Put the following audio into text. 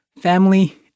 family